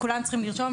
כולם צריכים לרשום,